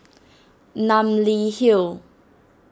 Namly Hill